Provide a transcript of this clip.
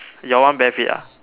your one bare feet ah